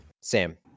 sam